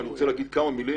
ואני רוצה להגיד כמה מילים